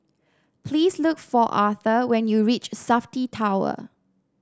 please look for Authur when you reach Safti Tower